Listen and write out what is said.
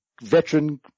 Veteran